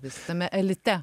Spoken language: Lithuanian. visame elite